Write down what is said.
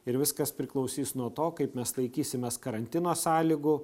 ir viskas priklausys nuo to kaip mes laikysimės karantino sąlygų